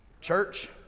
church